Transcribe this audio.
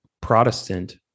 Protestant